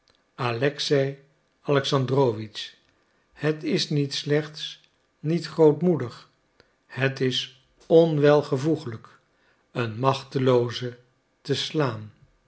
alexei alexandrowitsch het is niet slechts niet grootmoedig het is onwelvoegelijk een machtelooze te slaan